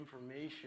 information